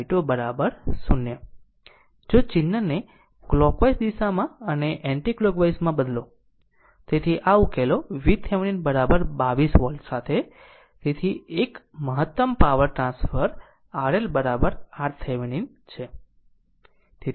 જો ચિહ્નને કલોકવાઈઝ દિશામાં અને એન્ટિકલોકવાઇઝમાં બદલો તેથી આ ઉકેલો VThevenin 22 વોલ્ટ સાથે તેથી 1 મહત્તમ પાવર ટ્રાન્સફર RL RThevenin છે